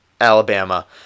Alabama